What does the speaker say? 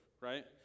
Right